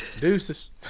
Deuces